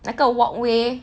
那个 walkway